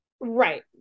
Right